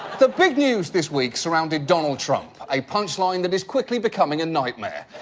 the big news this week surrounded donald trump, a punchline that is quickly becoming a nightmare.